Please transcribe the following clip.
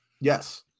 Yes